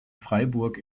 freiburg